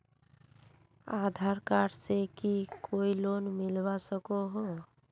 आधार card से की loan मिलवा सकोहो?